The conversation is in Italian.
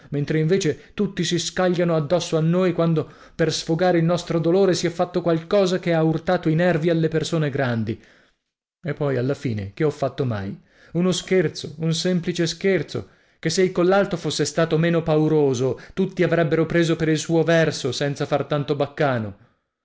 mentre invece tutti si scagliano addosso a noi quando per sfogare il nostro dolore si è fatto qualcosa che ha urtato i nervi alle persone grandi e poi alla fine che ho fatto mai uno scherzo un semplice scherzo che se il collalto fosse stato meno pauroso tutti avrebbero preso per il suo verso senza far tanto baccano